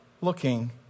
looking